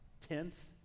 tenth